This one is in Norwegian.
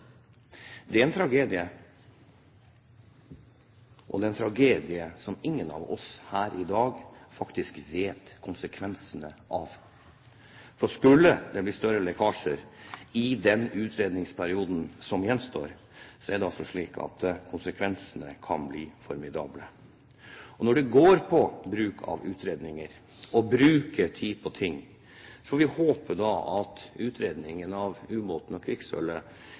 Det er en tragedie, og det er en tragedie som ingen av oss her i dag faktisk vet konsekvensene av. For skulle det bli større lekkasjer i den utredningsperioden som gjenstår, kan konsekvensene bli formidable. Når det gjelder bruk av utredninger og å bruke tid på ting, får vi håpe at utredningen av ubåten og kvikksølvet